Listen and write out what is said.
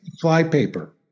flypaper